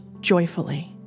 joyfully